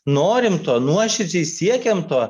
norim to nuoširdžiai siekiam to